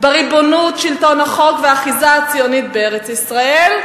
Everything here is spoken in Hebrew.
בריבונות שלטון החוק והאחיזה הציונית בארץ-ישראל,